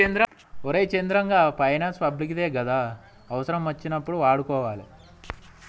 ఒరే చంద్రం, గా finance public దే గదా, అవుసరమచ్చినప్పుడు వాడుకోవాలె